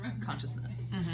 consciousness